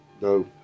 No